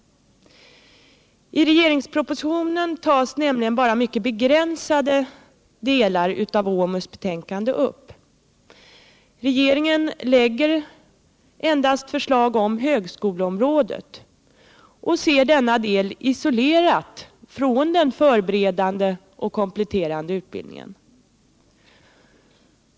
I regeringspropositionen tas nämligen bara mycket begränsade delar av OMUS betänkande upp. Regeringen lägger endast fram förslag beträffande högskoleområdet och ser denna del isolerad från den förberedande och kompletterande utbildningen.